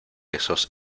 esos